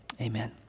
Amen